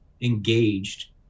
engaged